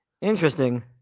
Interesting